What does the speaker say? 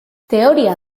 teoria